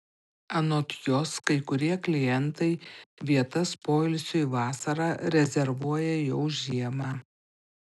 anot jos kai kurie klientai vietas poilsiui vasarą rezervuoja jau žiemą